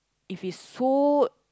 if it's so